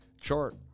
chart